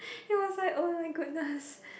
it was like !oh my goodness!